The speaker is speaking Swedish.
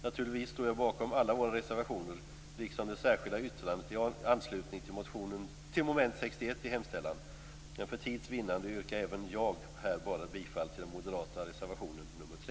Naturligtvis står jag bakom alla våra reservationer liksom det särskilda yttrandet i anslutning till mom. 61 i hemställan. Men för tids vinnande yrkar jag här bifall bara till den moderata reservationen nr 3.